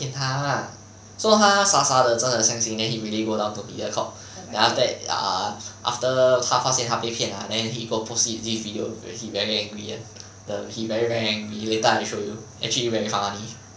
骗他 lah so 他傻傻地真的相信 then he really go down to Mediacorp then after that err after 他发现他被骗 ah then he go proceed take video of he very angry ah the he very very angry later I show you actually very funny